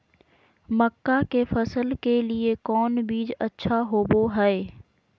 मक्का के फसल के लिए कौन बीज अच्छा होबो हाय?